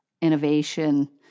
innovation